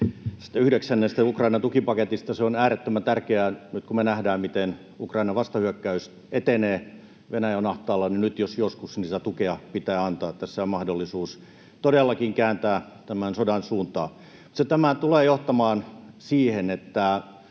kiitos yhdeksännestä Ukraina-tukipaketista. Se on äärettömän tärkeä. Nyt kun me nähdään, miten Ukraina vastahyökkäys etenee, Venäjä on ahtaalla, niin nyt jos joskus sitä tukea pitää antaa. Tässä on mahdollisuus todellakin kääntää tämän sodan suuntaa. Tämä tulee johtamaan siihen, että